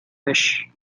fish